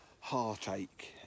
heartache